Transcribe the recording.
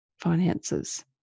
finances